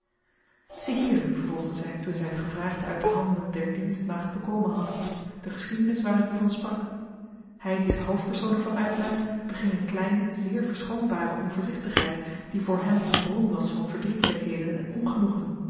ziehier vervolgde zij toen zij het gevraagde uit de handen der dienstmaagd bekomen had de geschiedenis waar ik u van sprak hij die de hoofdpersoon er van uitmaakt beging een kleine zeer verschoonbare onvoorzichtigheid die voor hem een bron was van verdrietelijkheden en ongenoegen